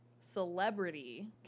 celebrity